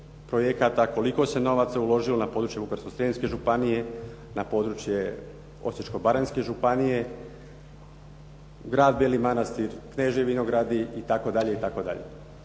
projekata, koliko se novaca uložilo na području Vukovarsko-srijemske županije, na područje Osječko-baranjske županije, grad Beli Manastir, Kneževi Vinogradi itd. Sami